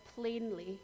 plainly